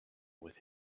with